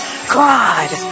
God